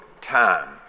time